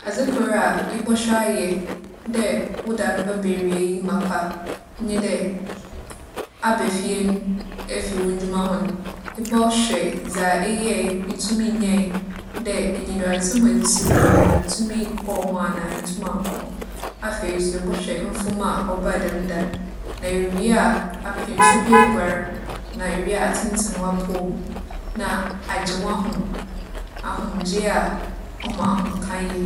Adze kor a ebͻhwɛ ayɛ dɛ wo da no bɛba ewiei mapa nye dɛ, aba fie no efi wo ndwuma ho no, ebͻhwɛ dza eyɛe, itumii nyae. Dɛ enyidoadzehu a edze sii w'enyi do no, itumii kͻr ho anaa enntum annkͻ ho. Afei so ebͻhwɛ mfom a ͻbaa dɛm da no. Na iwie a, apɛ nsu bi eguar, na iwie a atsentsen w'apͻw mu na agye w'ahom, ahomgyee a ͻma ahomka yie.